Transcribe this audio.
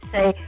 Say